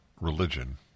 religion